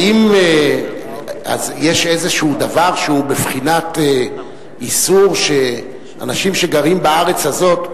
האם יש איזה דבר שהוא בבחינת איסור שאנשים שגרים בארץ הזאת,